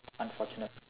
unfortunate